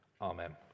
amen